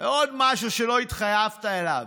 עוד משהו שלא התחייבת עליו,